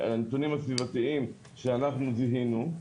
לנתונים הסביבתיים שאנחנו זיהינו,